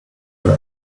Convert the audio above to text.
room